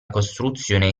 costruzione